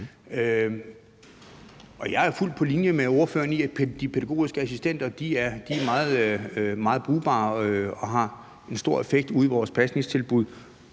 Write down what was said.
jeg er jo fuldt på linje med ordføreren i, at de pædagogiske assistenter er meget brugbare, og at de har en stor effekt ude i vores pasningstilbud,